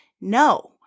No